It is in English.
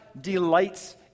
delights